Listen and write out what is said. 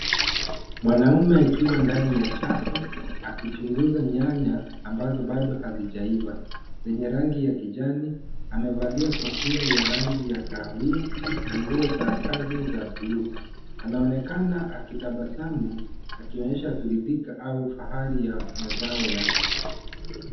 Mwanaume akiwa ndani ya chafu akichunguza nyanya ambazo bado hazijaiva zenye rangi ya kijani. Amevalia kofia ya rangi ya kahawia na nguo za kazi za bluu. Anaonekana akitabasamu akionyesha kuridhika au ufahari ya mazao yake.